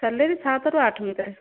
salary ସାତରୁ ଆଠ ଭିତରେ